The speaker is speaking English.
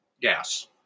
yes